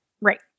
right